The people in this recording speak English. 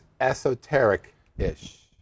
esoteric-ish